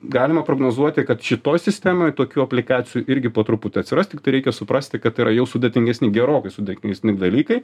galima prognozuoti kad šitoj sistemoj tokių aplikacijų irgi po truputį atsiras tiktai reikia suprasti kad tai yra jau sudėtingesni gerokai sudėtingesni dalykai